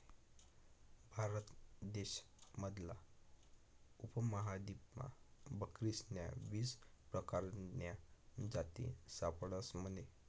भारत देश मधला उपमहादीपमा बकरीस्न्या वीस परकारन्या जाती सापडतस म्हने